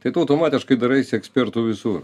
tai automatiškai daraisi ekspertu visur